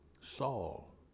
saul